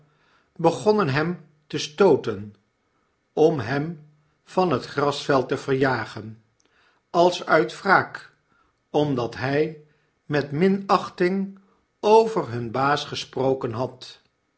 begonnen hem te stooten om hem van het grasveld te verjagen als uit wraak omdat hij met minachting over hun baas gesprokenhad hij